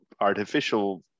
artificial